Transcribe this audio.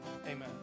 Amen